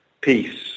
peace